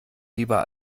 lieber